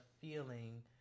feeling